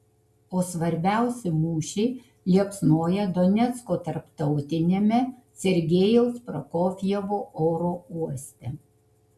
o svarbiausi mūšiai liepsnoja donecko tarptautiniame sergejaus prokofjevo oro uoste